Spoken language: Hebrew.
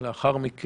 אבל לאחר מכן,